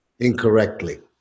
incorrectly